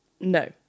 No